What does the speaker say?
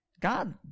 God